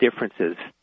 differences